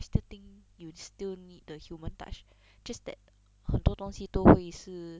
I still think you still need the human touch just that 很多东西都会是